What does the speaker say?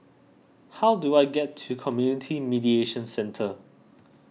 how do I get to Community Mediation Centre